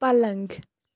پلنٛگ